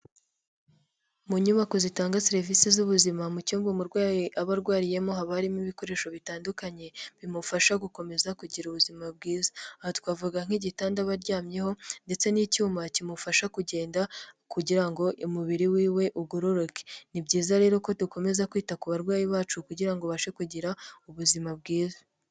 Mu nyubako zitanga serivisi z'ubuzima, mu cyumba umurwayi aba arwariyemo haba harimo ibikoresho bitandukanye, bimufasha gukomeza kugira ubuzima bwiza, aho twavuga nk'igitanda aba aryamyeho ndetse n'icyuma kimufasha kugenda kugira ngo umubiri wiwe ugororoke, ni byiza rero ko dukomeza kwita ku barwayi bacu kugira ngo ubashe kugira ubuzima bwiza.